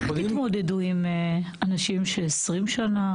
איך תתמודדו עם אנשים ש-20 שנה,